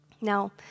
Now